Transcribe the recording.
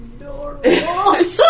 adorable